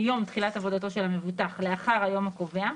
מיום תחילת עבודתו של המבוטח לאחר היום הקובע,